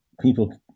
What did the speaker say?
people